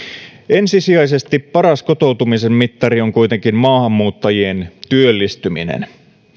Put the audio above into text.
ensisijaisesti paras kotoutumisen mittari on kuitenkin maahanmuuttajien työllistyminen